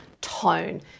tone